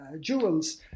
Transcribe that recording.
jewels